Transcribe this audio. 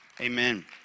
Amen